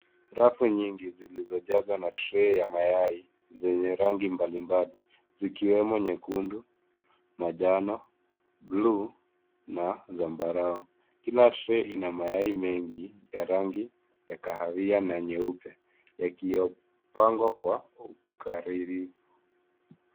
Rafu nyingi zilizojazwa na trei ya mayai zenye rangi mbalimbali zikiwemo nyekundu, manjano, buluu na zambarau. Kila trei ina mayai mengi ya rangi ya kahawia na nyeupe yaliyopangwa kwa ukaribu.